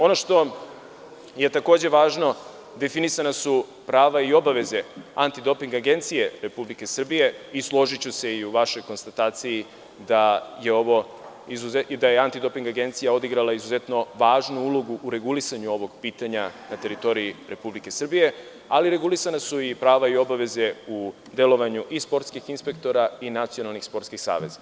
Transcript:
Ono što je takođe važno, definisana su prava i obaveze Antidoping agencije Republike Srbije i složiću se i u vašoj konstataciji da je Antidoping agencija odigrala izuzetno važnu ulogu u regulisanju ovog pitanja na teritoriji Republike Srbije, ali regulisana su i prava i obaveze u delovanju i sportskih inspektora i nacionalnih sportskih saveza.